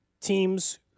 teams